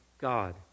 God